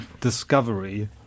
Discovery